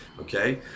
okay